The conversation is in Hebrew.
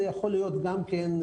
זה יכול להיות גם כן,